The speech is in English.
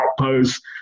outpost